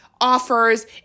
offers